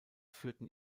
führten